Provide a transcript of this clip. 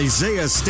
Isaiah